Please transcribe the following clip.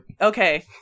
Okay